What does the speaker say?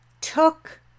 took